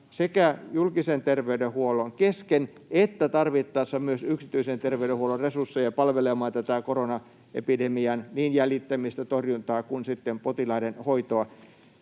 julkisen terveydenhuollon kesken että tarvittaessa myös yksityisen terveydenhuollon resursseja palvelemaan niin koronaepidemian jäljittämistä, torjuntaa kuin sitten potilaiden hoitoa.